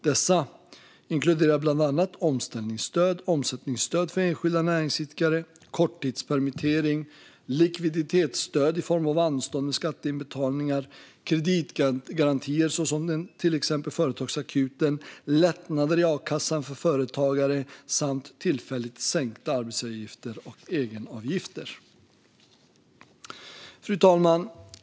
Dessa inkluderar bland annat omställningsstöd, omsättningsstöd för enskilda näringsidkare, korttidspermittering, likviditetsstöd i form av anstånd med skatteinbetalningar, kreditgarantier såsom Företagsakuten, lättnader i a-kassan för företagare samt tillfälligt sänkta arbetsgivaravgifter och egenavgifter. Fru talman!